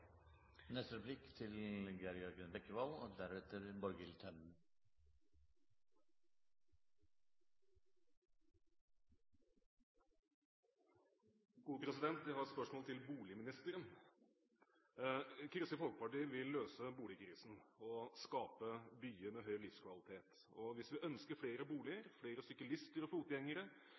Jeg har et spørsmål til boligministeren. Kristelig Folkeparti vil løse boligkrisen og skape byer med høy livskvalitet. Hvis vi ønsker flere boliger, flere syklister og fotgjengere,